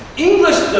english, though,